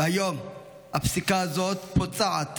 והיום הפסיקה הזאת פוצעת